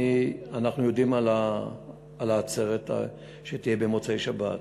אנחנו יודעים על העצרת שתהיה במוצאי-שבת.